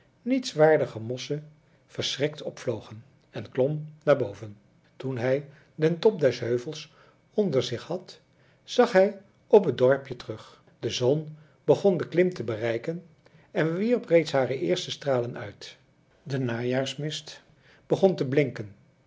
nietswaardige mosschen verschrikt opvlogen en klom naar boven toen hij den top des heuvels onder zich had zag hij op het dorpje terug de zon begon de kim te bereiken en wierp reeds hare eerste stralen uit de najaarsmist begon te blinken